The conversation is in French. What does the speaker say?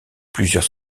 plusieurs